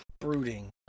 Brooding